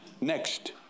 Next